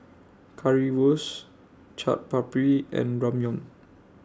Currywurst Chaat Papri and Ramyeon